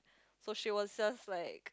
so she was just like